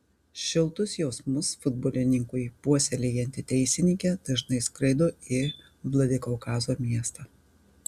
šiltus jausmus futbolininkui puoselėjanti teisininkė dažnai skraido į vladikaukazo miestą